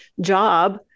job